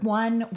one